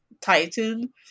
titan